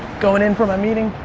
going in for my meeting.